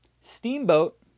Steamboat